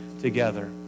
together